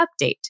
update